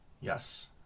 Yes